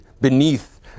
beneath